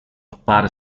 appare